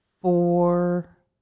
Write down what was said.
four